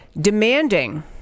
demanding